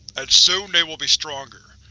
and soon they will be stronger.